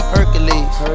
Hercules